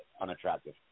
unattractive